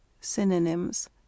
Synonyms